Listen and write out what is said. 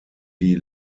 die